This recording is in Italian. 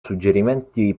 suggerimenti